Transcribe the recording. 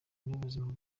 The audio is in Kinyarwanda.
n’ubuzima